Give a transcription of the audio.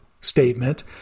statement